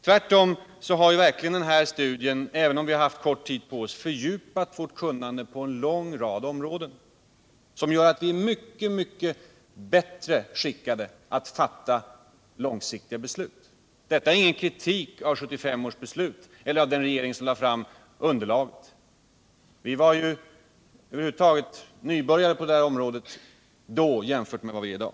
Tvärtom har verkligen den här studien, även om vi har haft kort tid på oss, fördjupat vårt kunnande på en lång rad områden, vilket gör att vi är mycket, mycket bättre skickade att fatta långsiktiga beslut. Detta är ingen kritik av 1975 års beslut eller av den regering som lade fram underlaget. Vi var ju över huvud taget nybörjare på det här området då jämfört med vad vi är i dag.